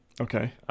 Okay